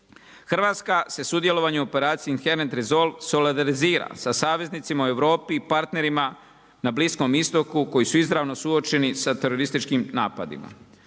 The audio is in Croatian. Hrvatska se sa sudjelovanjem operaciji …/Govornik se ne razumije./… sa saveznicima u Europi, partnerima na Bliskom Istoku koji su izravno suočeni sa terorističkim napadima.